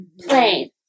plane